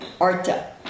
Arta